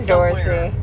Dorothy